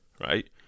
right